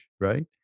right